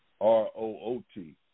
R-O-O-T